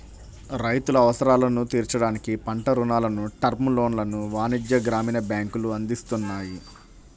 రైతుల అవసరాలను తీర్చడానికి పంట రుణాలను, టర్మ్ లోన్లను వాణిజ్య, గ్రామీణ బ్యాంకులు అందిస్తున్నాయి